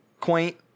quaint